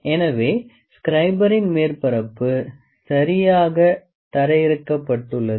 எனவே ஸ்க்ரைபரின் மேற்பரப்பு சரியாக தரையிறக்கப்பட்டுள்ளது